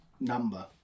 number